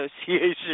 Association